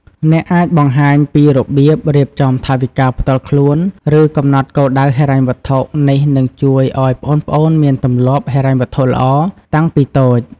អ្នកអាចបង្ហាញពីរបៀបរៀបចំថវិកាផ្ទាល់ខ្លួន ឬកំណត់គោលដៅហិរញ្ញវត្ថុ នេះនឹងជួយឱ្យប្អូនៗមាន ទម្លាប់ហិរញ្ញវត្ថុល្អ តាំងពីតូច ។